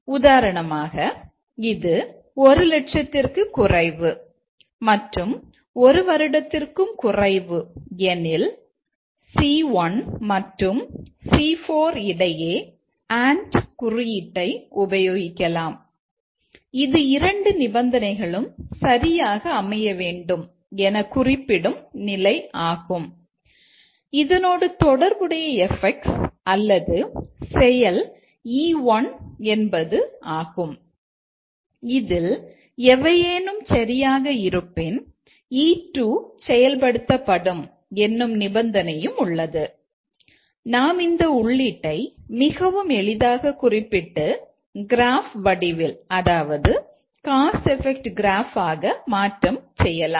உதாரணமாக இது 1 லட்சத்திற்கு குறைவு மற்றும் 1 வருடத்திற்கும் குறைவு எனில் C1 மற்றும் C4 இடையே அண்ட் ஆக மாற்றம் செய்யலாம்